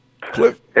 Cliff